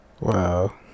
Wow